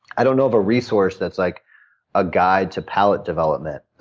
i don't know of a resource that's like a guide to palate development.